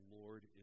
Lord